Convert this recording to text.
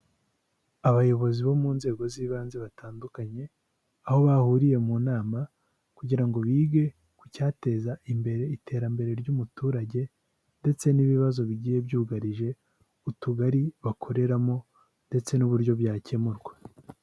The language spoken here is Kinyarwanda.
Abayobozi bo mu nzego z'ibanze batandukanye aho bahuriye mu nama kugira ngo bige ku cyateza imbere iterambere ry'umuturage ndetse n'ibibazo bigiye byugarije utugari bakoreramo ndetse n'uburyo byakemurwa .